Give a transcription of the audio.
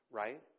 right